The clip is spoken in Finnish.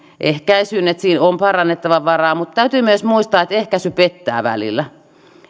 ehkäisyyn niin että siinä on parannettavan varaa mutta täytyy myös muistaa että ehkäisy pettää välillä